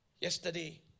Yesterday